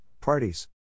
parties